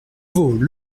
veau